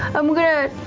i'm going to,